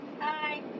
Hi